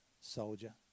soldier